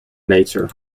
nature